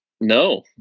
No